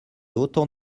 autant